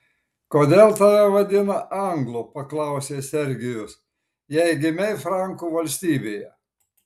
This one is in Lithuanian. kodėl tave vadina anglu paklausė sergijus jei gimei frankų valstybėje